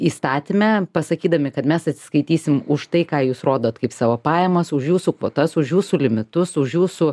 įstatyme pasakydami kad mes atsiskaitysim už tai ką jūs rodot kaip savo pajamas už jūsų kvotas už jūsų limitus už jūsų